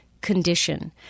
condition